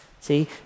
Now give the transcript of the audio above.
see